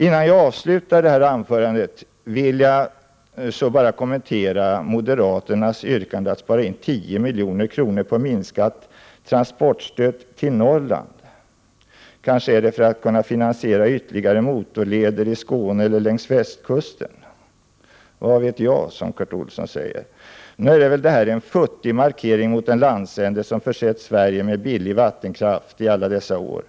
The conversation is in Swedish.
Innan jag avslutar mitt anförande vill jag kommentera moderaternas yrkande att man skall spara in 10 milj.kr. på minskat transportstöd till Norrland — kanske för att finansiera ytterligare motorleder i Skåne eller längs västkusten. Vad vet jag, som Kurt Olsson säger. Nog är väl detta en futtig markering mot en landsända som försett Sverige med billig vattenkraft under alla dessa år?